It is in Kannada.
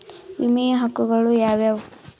ವಿಮೆಯ ಹಕ್ಕುಗಳು ಯಾವ್ಯಾವು?